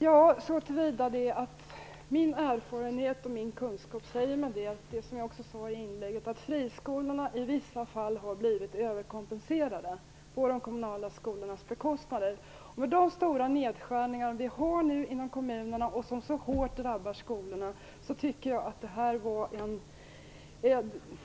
Herr talman! Min erfarenhet och min kunskap säger mig, som jag också sade i inlägget, att friskolorna i vissa fall har blivit överkompenserade på de kommunala skolornas bekostnad. Med de stora nedskärningar vi har inom kommunerna nu och som så hårt drabbar skolorna tycker jag